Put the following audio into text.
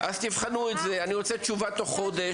אז תבחנו את זה, אני רוצה תשובה תוך חודש.